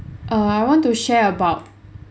err I want to share about